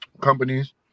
companies